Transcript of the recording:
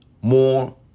More